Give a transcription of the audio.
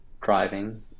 driving